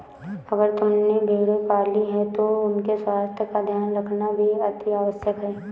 अगर तुमने भेड़ें पाली हैं तो उनके स्वास्थ्य का ध्यान रखना भी अतिआवश्यक है